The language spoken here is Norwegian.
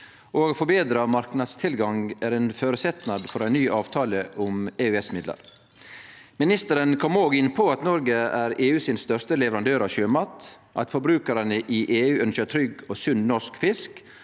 at forbetra marknadstilgang er ein føresetnad for ei ny avtale om EØS-midlar. Ministeren kom òg inn på at Noreg er den største leverandøren av sjømat i EU, at forbrukarane i EU ønskjer trygg og sunn norsk fisk,